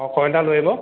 অঁ কইল এটা লৈ আহিব